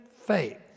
faith